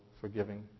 forgiving